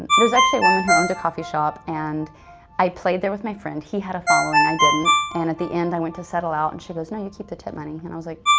there's actually a woman who owned a coffee shop and i played there with my friend. he had a following, i didn't and at the end i went to settle out and she goes, no, you keep the tip money. and i was like,